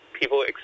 people